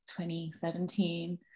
2017